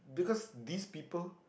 because these people